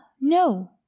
no